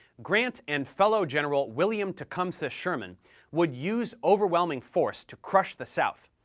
grant and fellow general william tecumseh sherman would use overwhelming force to crush the south.